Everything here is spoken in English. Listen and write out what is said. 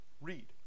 read